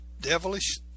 devilish